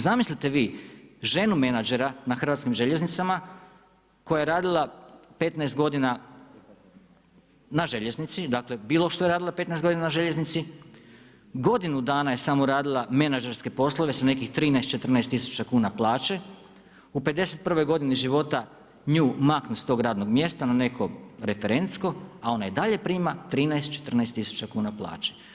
Zamislite vi, ženu menadžera na Hrvatskim željeznicama koja je radila 15 godina na željeznici, dakle bilo što je radila 15 godina na željeznici, godinu dana je samo radila menadžerske poslove sa nekih 13, 14 tisuća kuna plaće, u 51. godini života nju maknu sa tog radnog mjesta na neko referentsko a ona i dalje prima 13, 14 tisuća kuna plaću.